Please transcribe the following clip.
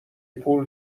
پول